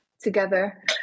together